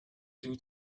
due